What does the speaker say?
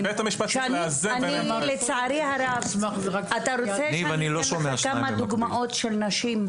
אם אתה רוצה, אני אתן לך כמה דוגמאות של נשים.